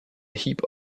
heap